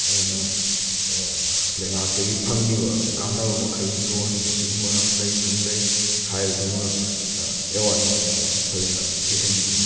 ꯑꯗꯨꯅ ꯂꯩꯉꯥꯛꯇꯒꯤ ꯐꯪꯉꯤꯕ ꯀꯥꯟꯅꯕ ꯃꯈꯩ ꯂꯣꯟ ꯑꯁꯤꯒꯨꯝꯕ ꯑꯃ ꯂꯩ ꯑꯁꯨꯝꯅ ꯂꯩ ꯍꯥꯏꯕꯗꯨꯃ ꯑꯋꯥꯔꯅꯦꯁ ꯐꯖꯅ ꯄꯤꯍꯟꯅꯤꯡꯉꯤ